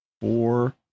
four